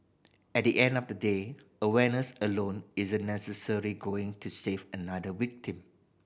at the end of the day awareness alone isn't necessarily going to save another victim